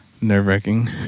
nerve-wracking